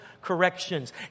Corrections